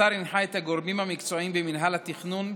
השר הנחה את הגורמים המקצועיים במינהל התכנון,